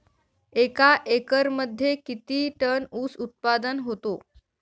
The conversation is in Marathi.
एका एकरमध्ये किती टन ऊस उत्पादन होतो?